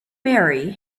marry